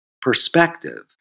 perspective